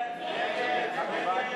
הצעת סיעות